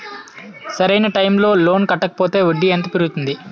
సరి అయినా టైం కి లోన్ కట్టకపోతే వడ్డీ ఎంత పెరుగుతుంది?